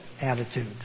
attitude